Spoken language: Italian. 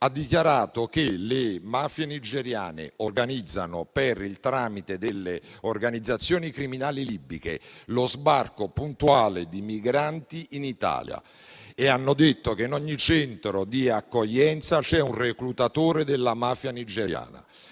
ha dichiarato che le mafie nigeriane organizzano per il tramite delle organizzazioni criminali libiche lo sbarco puntuale di migranti in Italia e che in ogni centro d'accoglienza c'è un reclutatore della mafia nigeriana.